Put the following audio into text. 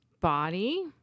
body